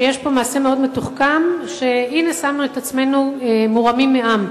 שיש פה מעשה מאוד מתוחכם שהנה שמנו את עצמנו מורמים מעם.